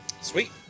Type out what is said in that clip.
sweet